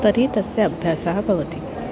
तर्हि तस्य अभ्यासः भवति